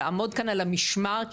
לעמוד כאן על המשמר,